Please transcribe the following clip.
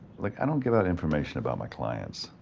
look, i don't give out information about my clients.